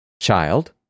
child